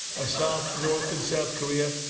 i solved north and south korea.